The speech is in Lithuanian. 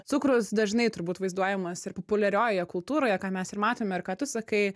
cukrus dažnai turbūt vaizduojamas ir populiariojoje kultūroje ką mes ir matome ir ką tu sakai